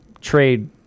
trade